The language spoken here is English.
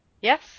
Yes